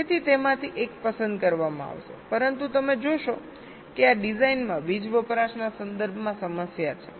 તેથી તેમાંથી એક પસંદ કરવામાં આવશે પરંતુ તમે જોશો કે આ ડિઝાઇનમાં વીજ વપરાશના સંદર્ભમાં સમસ્યા છે